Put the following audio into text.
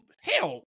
Hell